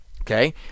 Okay